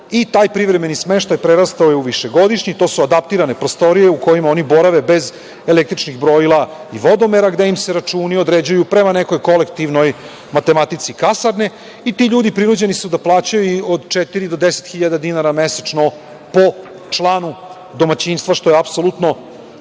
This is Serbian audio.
i taj privremeni smeštaj je prerastao u višegodišnji. To su adaptirane prostorije u kojima oni borave bez električnih brojila i vodomera i gde im se računi određuju prema nekoj kolektivnoj matematici kasarne. Ti ljudi su prinuđeni da plaćaju od 4.000 do 10.000 dinara mesečno po članu domaćinstva, što je apsolutno